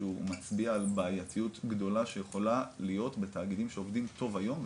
שהוא מצביע על בעייתיות גדולה שיכולה להיות בתאגידים טוב היום,